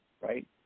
right